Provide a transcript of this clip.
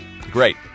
Great